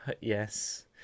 Yes